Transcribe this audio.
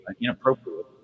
inappropriate